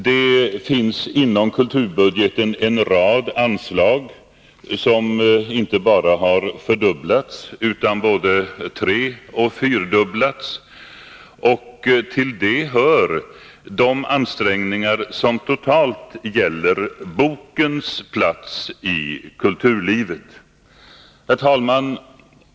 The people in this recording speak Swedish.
Det finns inom kulturbudgeten en rad anslag som har inte bara fördubblats utan både treoch fyrdubblats. Hit hör de ansträngningar som totalt gäller bokens plats i kulturlivet. Herr talman!